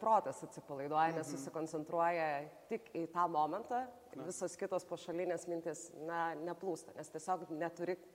protas atsipalaiduoja nes susikoncentruoja tik į tą momentą visos kitos pašalinės mintys na neplūsta nes tiesiog neturi